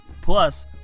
Plus